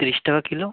তিরিশ টাকা কিলো